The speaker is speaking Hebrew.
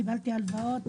קיבלתי הלוואות,